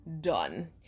done